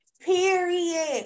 period